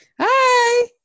Hi